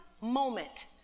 moment